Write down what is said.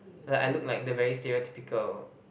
like I look like the very stereotypical